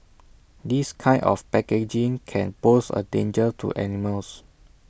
this kind of packaging can pose A danger to animals